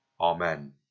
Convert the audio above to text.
Amen